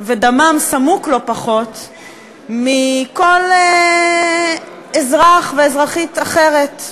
ודמם סמוק לא פחות משל כל אזרח ואזרחית אחרים.